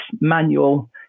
manual